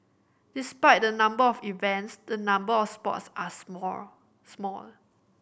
despite the number of events the number of sports are small small